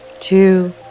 Two